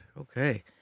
Okay